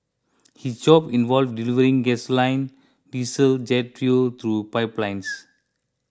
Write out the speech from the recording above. his job involved delivering gasoline diesel jet fuel through pipelines